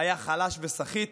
היה חלש וסחיט.